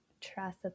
trust